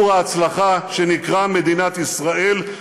הדרוזים והצ'רקסים ממשיכים להשתלב בסיפור ההצלחה שנקרא מדינת ישראל.